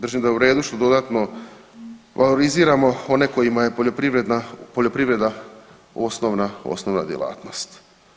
Držim da je u redu što dodatno valoriziramo one kojima je poljoprivreda osnovna djelatnost.